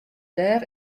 dêr